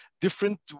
different